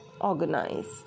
organized